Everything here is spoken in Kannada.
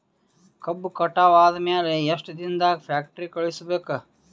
ಕಬ್ಬು ಕಟಾವ ಆದ ಮ್ಯಾಲೆ ಎಷ್ಟು ದಿನದಾಗ ಫ್ಯಾಕ್ಟರಿ ಕಳುಹಿಸಬೇಕು?